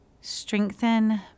strengthen